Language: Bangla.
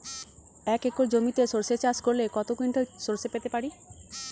এক একর জমিতে সর্ষে চাষ করলে কত কুইন্টাল সরষে পেতে পারি?